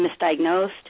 misdiagnosed